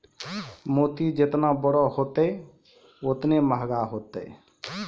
मोती जेतना बड़ो होतै, ओतने मंहगा होतै